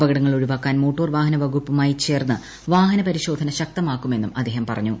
അപകടങ്ങൾ ഒഴിവാക്കാൻ മോട്ടോർ വാഹന വകുപ്പുമായി ചേർന്ന് വാഹന പരിശോധന ശക്തമാക്കുമെന്നും അദ്ദേഹം പറഞ്ഞു